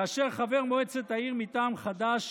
כאשר חבר מועצת העיר מטעם חד"ש